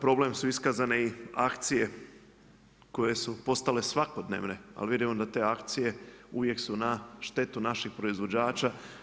Problem su iskazne i akcije koje su postale svakodnevne, a vjerujemo da te akcije uvijek su na štetu naših proizvođača.